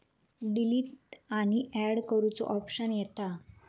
delete आणि and करुचो option येता